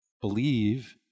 believe